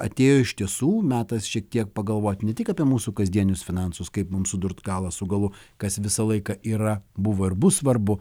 atėjo iš tiesų metas šiek tiek pagalvot ne tik apie mūsų kasdienius finansus kaip mum sudurt galą su galu kas visą laiką yra buvo ir bus svarbu